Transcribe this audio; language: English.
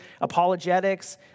apologetics